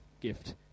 gift